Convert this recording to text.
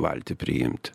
valtį priimti